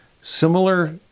similar